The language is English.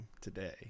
today